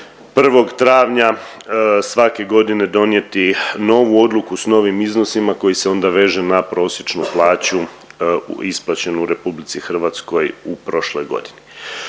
1. travnja svake godine donijeti novu odluku s novim iznosima koji se onda veže na prosječnu plaću isplaćenu u RH u prošloj godini.